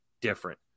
different